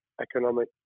economic